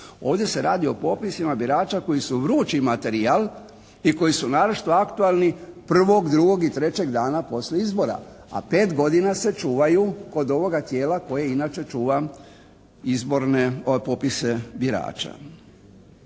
Ovdje se radi o popisima birača koji su vrući materijal i koji su naročito aktualni prvog, drugog i trećeg dana poslije izbora, a 5 godina se čuvaju kod ovoga tijela koje inače čuva izborne popise birača.